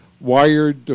wired